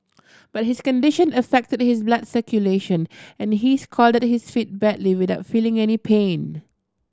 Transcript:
but his condition affected his blood circulation and he scalded his feet badly without feeling any pain